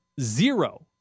zero